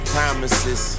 Promises